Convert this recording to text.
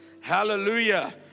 Hallelujah